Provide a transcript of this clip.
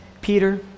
Peter